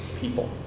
people